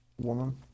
Woman